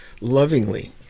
lovingly